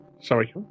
sorry